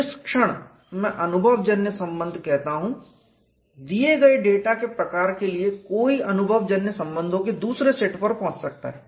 जिस क्षण मैं अनुभवजन्य संबंध कहता हूं दिए गए डेटा के प्रकार के लिए कोई अनुभवजन्य संबंधों के दूसरे सेट पर पहुंच सकता है